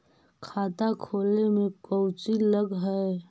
खाता खोले में कौचि लग है?